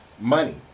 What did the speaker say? Money